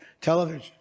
television